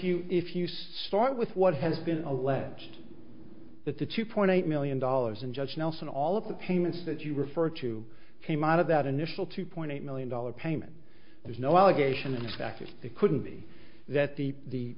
you if you start with what has been alleged that the two point eight million dollars in judge nelson all of the payments that you refer to came out of that initial two point eight million dollars payment there's no allegation in fact it couldn't be that the the